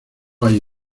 hay